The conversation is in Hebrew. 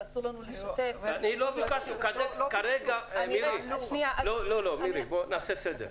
אבל אסור לנו לשתף --- בואי נעשה סדר.